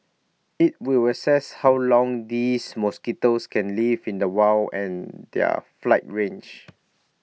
IT will assess how long these mosquitoes can live in the wild and their flight range